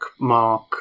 mark